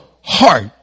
heart